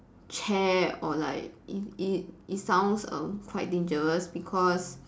chair or like it it it sounds err quite dangerous because